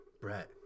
Brett